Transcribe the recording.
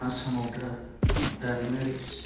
आसामाव दारिमिनारि